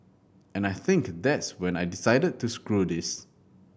and I think that's when I decided to screw this